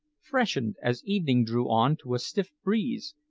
freshened as evening drew on to a stiff breeze,